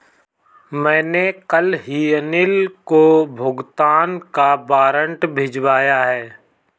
मैंने कल ही अनिल को भुगतान का वारंट भिजवाया है